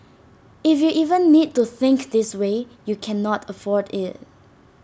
if you even need to think this way you cannot afford IT